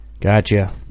Gotcha